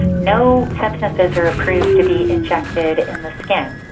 no substances are approved to be injected in the skin.